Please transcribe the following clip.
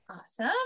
Awesome